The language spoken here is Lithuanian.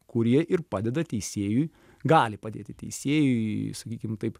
kurie ir padeda teisėjui gali padėti teisėjui sakykim taip